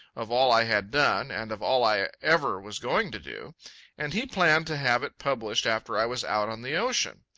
of all i had done, and of all i ever was going to do and he planned to have it published after i was out on the ocean.